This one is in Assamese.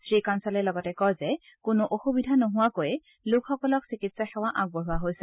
শ্ৰীকাঞ্চালে লগতে কয় যে কোনো অসুবিধা নোহোৱাকৈ লোকসকলক চিকিৎসা সেৱা আগবঢ়োৱা হৈছে